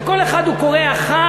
לכל אחד הוא קורא "אחי".